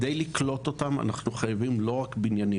אנחנו חייבים לא רק בניינים,